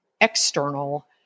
external